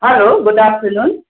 hello good afternoon